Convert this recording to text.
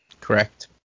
Correct